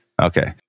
Okay